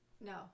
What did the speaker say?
No